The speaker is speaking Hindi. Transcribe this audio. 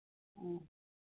हाँ